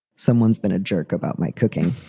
someone's been a jerk about my cooking